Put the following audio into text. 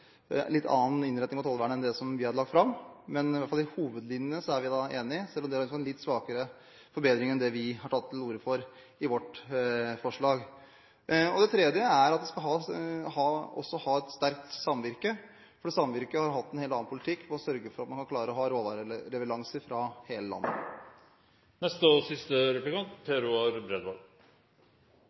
litt annen innretning på tollvern enn det som vi hadde lagt fram. Men i hvert fall i hovedlinjene er vi enige, selv om dere har en litt svakere forbedring enn det vi har tatt til orde for i vårt forslag. Det tredje er at vi også skal ha et sterkt samvirke, fordi samvirker har hatt en helt annen politikk og sørger for at man kan klare å ha råvareleveranser fra hele landet. Da fortsetter jeg på den første replikken min og